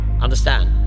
understand